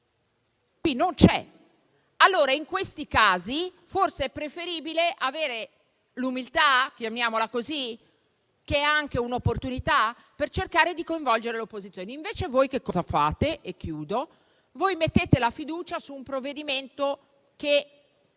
qui non c'è. Allora, in questi casi, forse è preferibile avere l'umiltà - chiamiamola così - che è anche un'opportunità, di cercare di coinvolgere l'opposizione. Invece voi che cosa fate? Mettete la fiducia su un provvedimento che